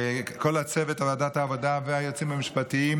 כל צוות ועדת העבודה והיועצים המשפטיים